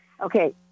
Okay